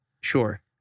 Sure